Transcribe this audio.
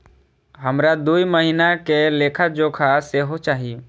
हमरा दूय महीना के लेखा जोखा सेहो चाही